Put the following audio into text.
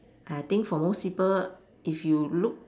I think for most people if you look